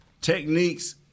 techniques